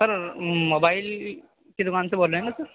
سر mobile کی دوکان سے بول رہے ہیں نا سر